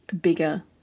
bigger